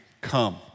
come